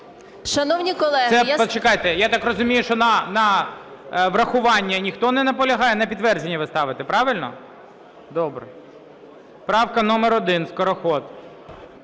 Почекайте. Я так розумію, що на врахування ніхто не наполягає. На підтвердження ви ставите, правильно? Добре. Правка номер 1. Скороход.